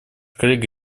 коллега